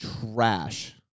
Trash